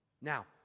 Now